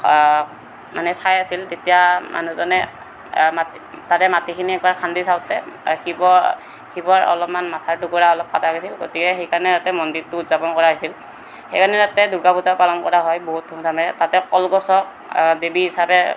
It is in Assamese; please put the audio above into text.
মানে চাই আছিল তেতিয়া মানুহজনে মাটি তাৰে মাটিখিনি এবাৰ খান্দি চাওঁতে শিৱ শিৱৰ অলপমান মাথাৰ টুকুৰা অলপ কটা গৈছিল গতিকে সেইকাৰণে তাতে মন্দিৰটো উদযাপন কৰা হৈছিল সেইকাৰণে তাতে দুৰ্গা পূজা পালন কৰা হয় বহুত ধুমধামেৰে তাতে কলগছক দেৱী হিচাপে